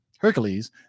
Hercules